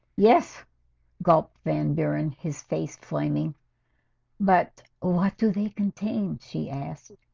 yes gulp then during his face flaming but what do they contain she asked?